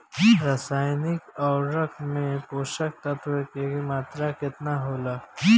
रसायनिक उर्वरक मे पोषक तत्व के मात्रा केतना होला?